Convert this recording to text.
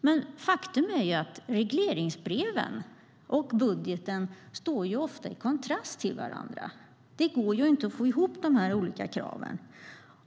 Men faktum är att regleringsbreven och budgeten ofta står i kontrast till varandra. Det går inte att få ihop de olika kraven.